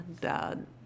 dad